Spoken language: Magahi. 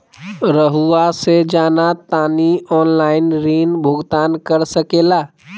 रहुआ से जाना तानी ऑनलाइन ऋण भुगतान कर सके ला?